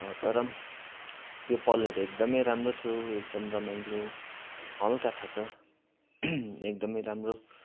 अब तर पनि त्यो पलहरू एकदमै राम्रो थियो एकदम रमाइलो हल्का थाहा छ एकदमै राम्रो